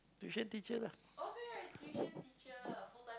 tuition teacher lah